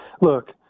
Look